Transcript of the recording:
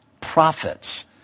prophets